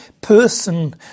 person